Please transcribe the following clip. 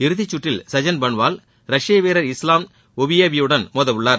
இறுதிச்சுற்றில் சஜன் பன்வால் ரஷ்யவீரர் இஸ்லாம் ஒபியேவியுடன் மோதவுள்ளார்